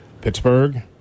Pittsburgh